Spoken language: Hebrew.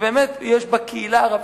ובאמת יש בקהילה הערבית,